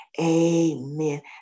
amen